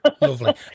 lovely